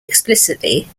explicitly